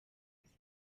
minsi